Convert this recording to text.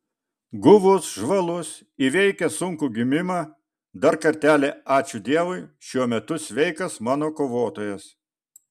guvus žvalus įveikęs sunkų gimimą dar kartelį ačiū dievui šiuo metu sveikas mano kovotojas